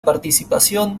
participación